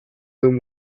loom